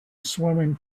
swimming